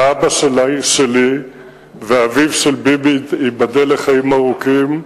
אבא שלי ואביו של ביבי, ייבדל לחיים ארוכים,